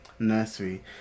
nursery